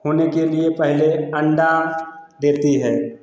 होने के लिए पहले अंडा देती है